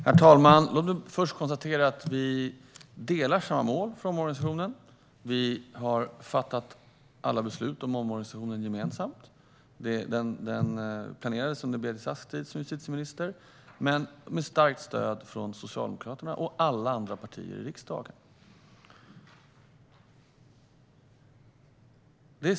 Herr talman! Låt mig först konstatera att vi delar samma mål för omorganisationen. Vi har fattat alla beslut om omorganisationen gemensamt. Den planerades under Beatrice Asks tid som justitieminister med starkt stöd från Socialdemokraterna och alla andra partier i riksdagen.